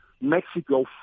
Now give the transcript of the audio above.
Mexico